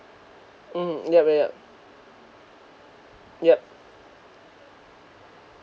mm yup yup yup yup